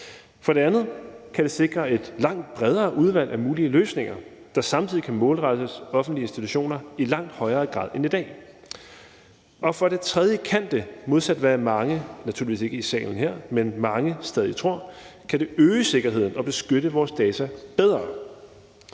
For det andet kan det sikre et langt bredere udvalg af mulige løsninger, der samtidig kan målrettes offentlige institutioner i langt højere grad end i dag. For det tredje kan den, modsat hvad mange stadig tror – naturligvis ikke i salen her – øge sikkerheden og beskytte vores data bedre.